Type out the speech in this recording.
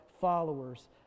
followers